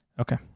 Okay